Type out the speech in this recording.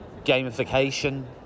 gamification